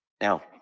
Now